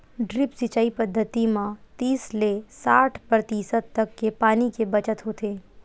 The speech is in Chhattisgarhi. ड्रिप सिंचई पद्यति म तीस ले साठ परतिसत तक के पानी के बचत होथे